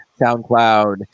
SoundCloud